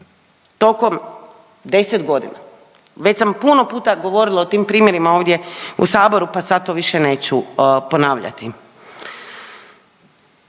tokom 10 godina? Već sam puno puta govorila o tim primjerima ovdje u Saboru pa sad to više neću ponavljati.